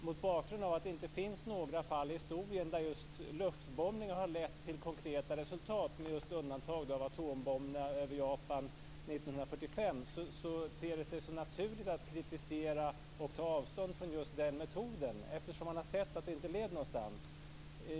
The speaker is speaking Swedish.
Mot bakgrund av att det inte finns några fall i historien där luftbombningar har lett till konkreta resultat, med undantag av atombomberna över Japan 1945, ter det sig naturligt att kritisera och ta avstånd från den metoden. Man har sett att den inte leder någonstans.